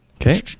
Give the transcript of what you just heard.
Okay